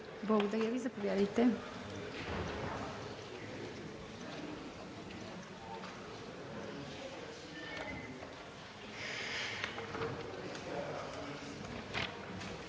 Благодаря Ви. Заповядайте.